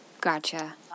Gotcha